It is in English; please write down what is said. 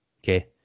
Okay